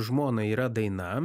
žmona yra daina